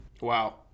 Wow